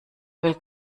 will